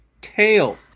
tail